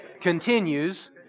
continues